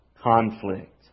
conflict